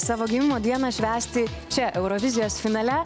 savo gimimo dieną švęsti čia eurovizijos finale